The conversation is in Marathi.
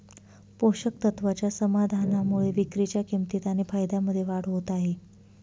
पोषक तत्वाच्या समाधानामुळे विक्रीच्या किंमतीत आणि फायद्यामध्ये वाढ होत आहे